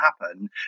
happen